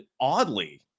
oddly